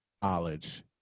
college